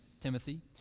Timothy